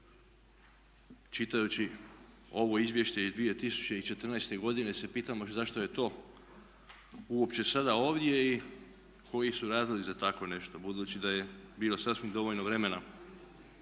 Čitajući ovo izvješće iz 2014. godine se pitamo zašto je to uopće sada ovdje i koji su razlozi za tako nešto budući da je bilo sasvim dovoljno vremena